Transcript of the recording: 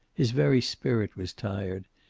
his very spirit was tired.